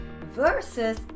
versus